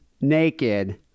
naked